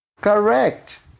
Correct